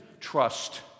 trust